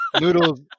noodles